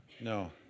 No